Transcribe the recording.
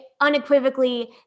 unequivocally